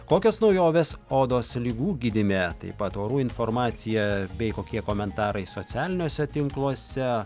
kokios naujovės odos ligų gydyme taip pat orų informacija bei kokie komentarai socialiniuose tinkluose